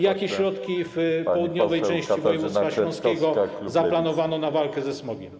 Jakie środki w południowej części województwa śląskiego zaplanowano na walkę ze smogiem?